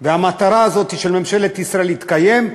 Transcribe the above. והמטרה הזאת של ממשלת ישראל יתקיימו,